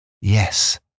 yes